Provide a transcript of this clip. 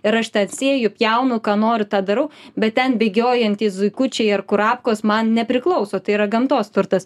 ir aš ten sėju pjaunu ką noriu tą darau bet ten bėgiojantys zuikučiai ar kurapkos man nepriklauso tai yra gamtos turtas